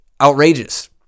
outrageous